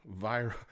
viral